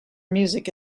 music